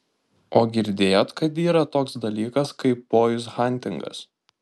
o girdėjot kad yra toks dalykas kaip boizhantingas